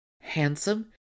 handsome